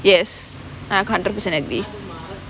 yes I hundred percent agree